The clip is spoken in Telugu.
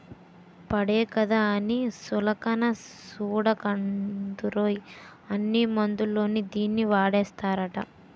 పేడే కదా అని సులకన సూడకూడదురోయ్, అన్ని మందుల్లోని దీన్నీ వాడేస్తారట